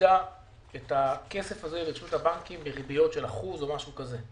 העמידה את הכסף הזה לרשות הבנקים בריביות של אחוז או משהו כזה.